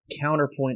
counterpoint